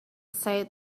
said